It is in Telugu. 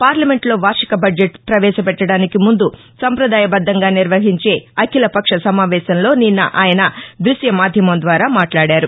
పార్లమెంట్లో వార్షిక బడ్జెట్ పవేశ పెట్టడానికి ముందు సంపదాయ బద్దంగా నిర్వహించే అఖిల పక్ష సమావేశంలో నిన్న ఆయన దృశ్య మాధ్యమం ద్వారా మాట్లాడారు